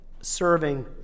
Serving